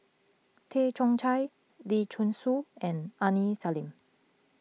Tay Chong Hai Lee Choon Seng and Aini Salim